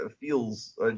feels